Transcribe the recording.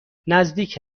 نزدیک